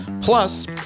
Plus